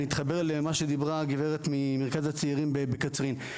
אני אתחבר למה שדיברה הגברת ממרכז הצעירים בקצרין.